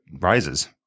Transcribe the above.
Rises